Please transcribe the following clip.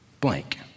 blank